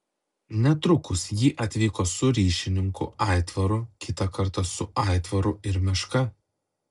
netrukus ji atvyko su ryšininku aitvaru kitą kartą su aitvaru ir meška